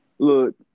Look